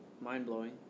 mind-blowing